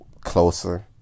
closer